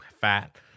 fat